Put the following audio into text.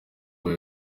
ibyo